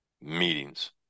meetings